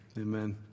Amen